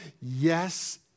Yes